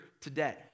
today